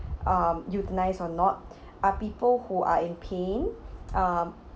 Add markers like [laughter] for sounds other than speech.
um euthanized or not [breath] are people who are in pain um